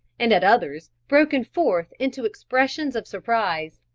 and at others broken forth into expressions of surprise.